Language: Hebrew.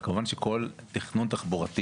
אבל כמובן כל תכנון תחבורתי,